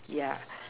yeah